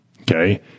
Okay